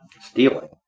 stealing